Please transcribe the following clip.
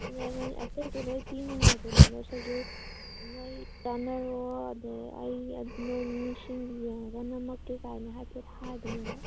ꯂꯩꯔꯝꯃꯅꯤ ꯑꯇꯩꯁꯨ ꯂꯣꯏꯅ ꯄꯤꯅꯤ ꯍꯥꯏꯕꯅꯦꯕ ꯁꯖꯦꯁꯟ ꯅꯣꯏ ꯇꯥꯟꯅꯔꯣ ꯑꯗꯒꯤ ꯑꯩ ꯅꯣꯏ ꯃꯤꯁꯤꯡ ꯌꯦꯡꯉꯒ ꯅꯝꯃꯛꯀꯦꯒꯥꯏꯅ ꯍꯥꯏꯐꯦꯠ ꯍꯥꯏꯕꯅꯦꯕ